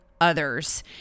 others